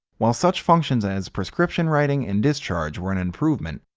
while such functions as prescription-writing and discharge were an improvement,